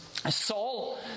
Saul